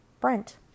Brent